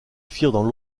firent